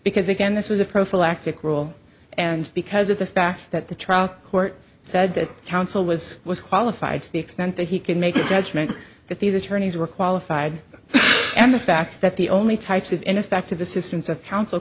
because again this was a prophylactic rule and because of the fact that the trial court said that counsel was was qualified to the extent that he could make a judgment that these attorneys were qualified and the fact that the only types of ineffective assistance of coun